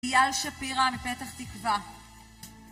אייל שפירא מפתח תקווה